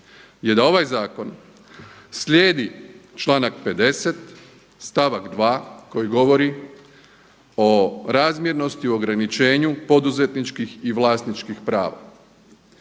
je da ovaj zakon slijedi članak 50. stavak 2. koji govori o razmjernosti u ograničenju poduzetničkih i vlasničkih prava